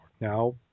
Now